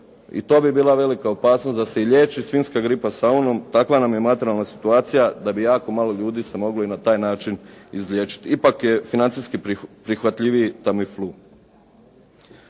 i to bi bila velika opasnost da se i liječi svinjska gripa saunom, takva nam je materijalna situacija da bi jako malo ljudi se moglo i na taj način izliječiti. Ipak je financijski prihvatljiviji Tamiflu.